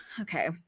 Okay